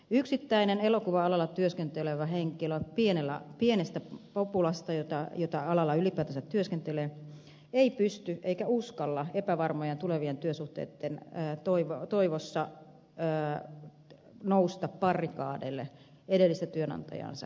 yksittäinen elokuva alalla työskentelevä henkilö pienestä populasta jota alalla ylipäätänsä työskentelee ei pysty eikä uskalla epävarmojen tulevien työsuhteitten toivossa nousta barrikadeille edellistä työnantajaansa vastaan